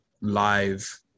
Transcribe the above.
live